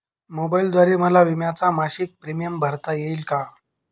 मोबाईलद्वारे मला विम्याचा मासिक प्रीमियम भरता येईल का?